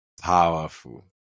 powerful